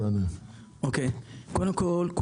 קודם כול,